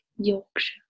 Yorkshire